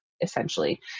essentially